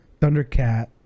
Thundercat